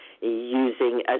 using